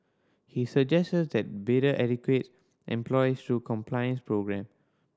he suggested that bidder educate employees through compliance programme